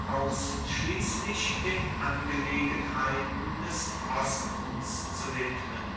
ausschliesslich den angelegenheiten des ostens zu widmen